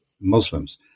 Muslims